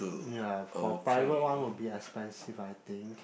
ya for private one will be expensive I think